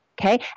okay